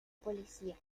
policía